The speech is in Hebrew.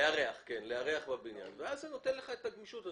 זה נותן לך את הגמישות.